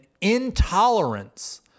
intolerance